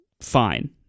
fine